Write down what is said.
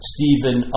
Stephen